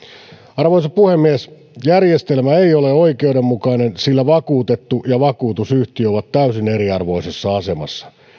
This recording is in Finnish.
arvoisa puhemies järjestelmä ei ole oikeudenmukainen sillä vakuutettu ja vakuutusyhtiö ovat täysin eriarvoisessa asemassa